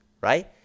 right